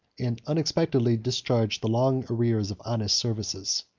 and unexpectedly discharged the long arrears of honest services.